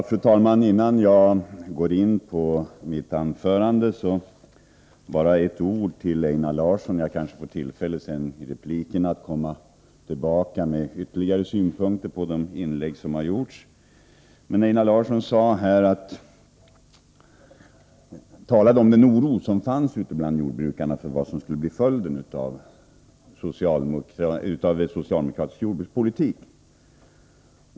Fru talman! Innan jag går in på mitt anförande vill jag bara säga ett par ord till Einar Larsson — jag kanske får tillfälle att i en replikomgång komma tillbaka med ytterligare synpunkter på de inlägg som gjorts. Einar Larsson talade om den oro som finns ute bland jordbrukarna för vad som skulle bli följden av en socialdemokratisk jordbrukspolitik.